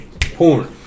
porn